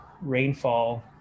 rainfall